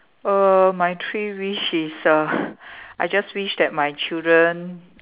err my three wish is uh I just wish that my children